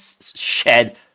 shed